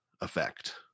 effect